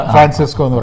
Francisco